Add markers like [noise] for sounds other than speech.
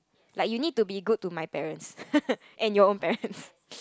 like you need to be good to my parents [laughs] and your own parents